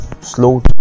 Slow